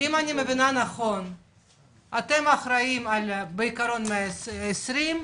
אתם אחראים על 20,